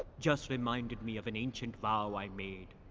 just reminded me of an ancient vow i made.